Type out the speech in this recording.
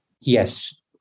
Yes